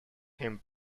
him